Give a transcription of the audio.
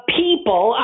people